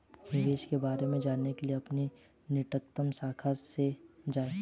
निवेश के बारे में जानने के लिए अपनी निकटतम शाखा में जाएं